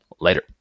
later